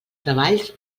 treballs